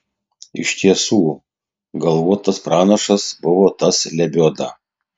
iš tiesų galvotas pranašas buvo tas lebioda